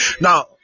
Now